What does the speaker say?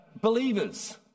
believers